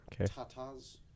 tatas